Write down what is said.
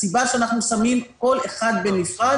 הסיבה שאנחנו שמים כל אחד בנפרד,